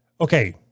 Okay